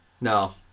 No